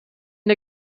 der